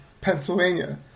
Pennsylvania